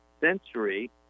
century